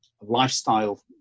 lifestyle